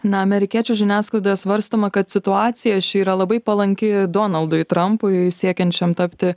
na amerikiečių žiniasklaidoje svarstoma kad situacija ši yra labai palanki donaldui trampui siekiančiam tapti